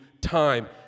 time